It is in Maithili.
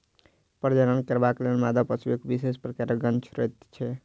प्रजनन करबाक लेल मादा पशु एक विशेष प्रकारक गंध छोड़ैत छै